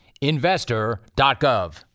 Investor.gov